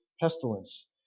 Pestilence